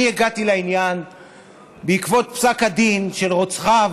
אני הגעתי לעניין בעקבות פסק הדין של רוצחיו,